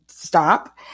Stop